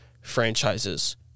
franchises